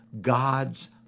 God's